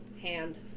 hand